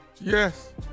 Yes